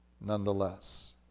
Nonetheless